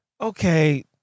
okay